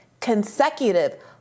consecutive